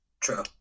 True